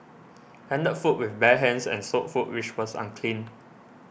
handled food with bare hands and sold food which was unclean